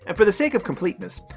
and for the sake of completeness,